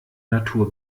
natur